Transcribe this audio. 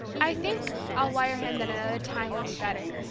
i think i'll wire him that another time would be better,